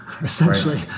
essentially